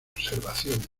conservación